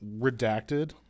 redacted